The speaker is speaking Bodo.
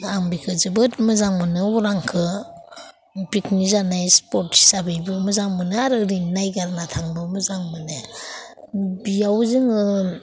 आं बेखौ जोबोद मोजां मोनो अरांखौ पिकनिक जानाय स्पट हिसाबैबो मोजां मोनो आरो ओरैनो नायगारना थांनोबो मोजां मोनो बियाव जोङो